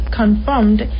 confirmed